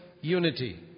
unity